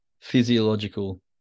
physiological